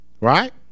Right